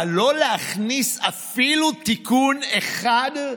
אבל לא להכניס אפילו תיקון אחד?